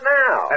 now